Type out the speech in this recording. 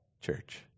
church